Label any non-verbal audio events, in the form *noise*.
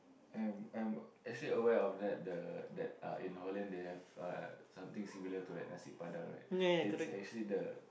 I'm I'm actually aware of that the that uh in Holland they have uh something similar to that Nasi-Padang right *noise* it's actually the